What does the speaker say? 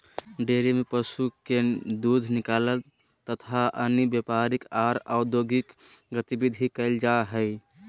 dairy में पशु के दूध निकालल तथा अन्य व्यापारिक आर औद्योगिक गतिविधि कईल जा हई